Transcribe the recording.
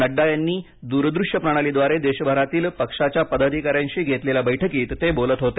नड्डा यांनी दूरदृश्य प्रणालीद्वारे देशभरातील पक्षाचे पदाधिका यांशी घेतलेल्या बैठकीत ते बोलत होते